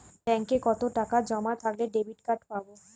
ব্যাঙ্কে কতটাকা জমা থাকলে ডেবিটকার্ড পাব?